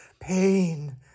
pain